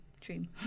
dream